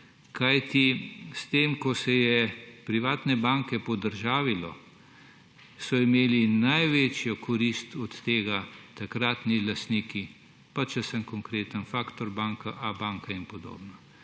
kajti s tem, ko se je privatne banke podržavilo, so imeli največjo korist od tega takratni lastniki, če sem konkreten: Factor banka, Abanka in podobno.